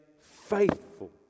faithful